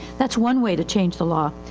thatis one way to change the law.